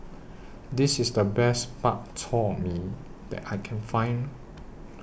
This IS The Best Bak Chor Mee that I Can Find